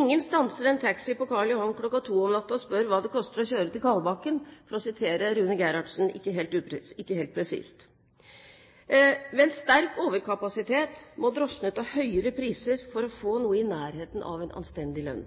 Ingen stanser en taxi på Karl Johan kl. 02.00 om natten og spør hva det koster å kjøre til Kalbakken, for å sitere Rune Gerhardsen ikke helt presist. Ved en sterk overkapasitet må drosjene ta høyere priser for å få noe i nærheten av en anstendig lønn.